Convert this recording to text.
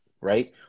right